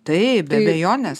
taip be abejonės